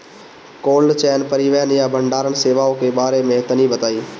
Cold chain परिवहन या भंडारण सेवाओं के बारे में तनी बताई?